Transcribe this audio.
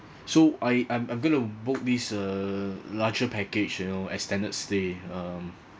so I I'm I'm gonna book this uh larger package you know extended stay um